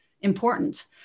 important